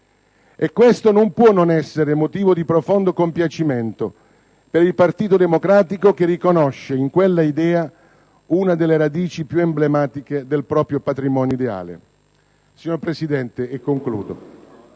Questo non può non essere motivo di profondo compiacimento per il Partito Democratico, che riconosce in quella idea una delle radici più emblematiche del proprio patrimonio ideale. Signor Presidente, noi